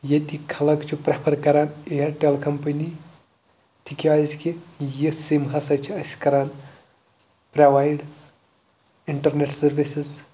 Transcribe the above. ییٚتِکۍ خلق چھِ پرٛٮ۪فر کَران اِیَٹَل کَمپٔنی تِکیٛازِکہِ یہِ سِم ہَسا چھِ أسۍ کَران پرٛوایڈ اِنٹرنٮ۪ٹ سٔروِسٕز